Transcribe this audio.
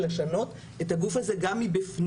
אפשר יהיה לשנות את הגוף הזה גם מבפנים.